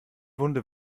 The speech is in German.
wunde